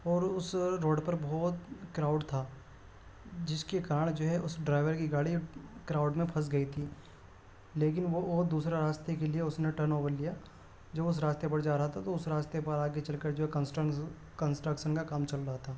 اور اس روڈ پر بہت کراؤڈ تھا جس کے کارن جو ہے اس ڈرائیور کی گاڑی کراؤڈ میں پھنس گئی تھی لیکن وہ اور دوسرا راستے کے لیے اس نے ٹرن اوور لیا جو اس راستے پر جا رہا تھا تو اس راستے پر آگے چل کر جو کنسٹرکشن کا کام چل رہا تھا